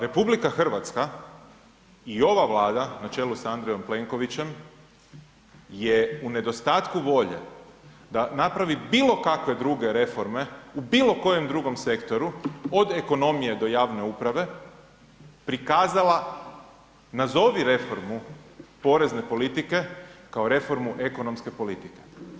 RH i ova Vlada na čelu s Andrejom Plenkovićem je u nedostatku volje da napravi bilo kakve druge reforme u bilo kojem drugom sektoru, od ekonomije do javne uprave, prikazala, nazovi reformu, porezne politike kao reformu ekonomske politike.